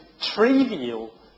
trivial